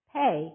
pay